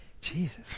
jesus